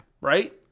Right